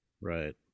Right